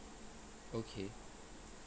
okay